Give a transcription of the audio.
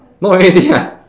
not really ah